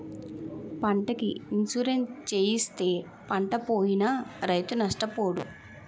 పంటకి ఇన్సూరెన్సు చేయిస్తే పంటపోయినా రైతు నష్టపోడు